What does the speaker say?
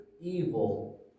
evil